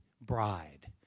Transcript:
bride